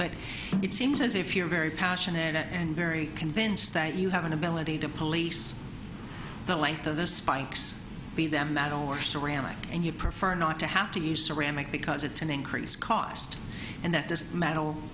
but it seems as if you're very passionate and very convinced that you have an ability to police the life of the spikes be them at all or ceramic and you prefer not to have to use ceramic because it's an increase cost and that doesn't m